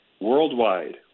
worldwide